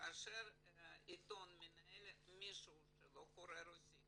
כאשר את העיתון מנהל מישהו שלא קורא רוסית,